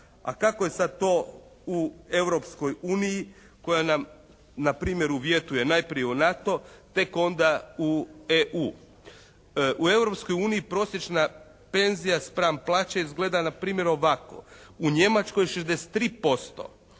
A kako je sad to u Europskoj uniji koja nam na primjer uvjetuje najprije u NATO, tek onda u EU. U Europskoj uniji prosječna penzija spram plaće izgleda na primjer ovako. U Njemačkoj 63%.